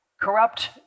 corrupt